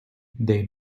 they